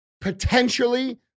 potentially